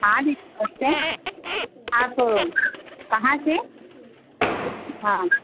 से आप कहाँ से हाँ